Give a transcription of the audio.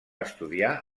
estudiar